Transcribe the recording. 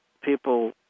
people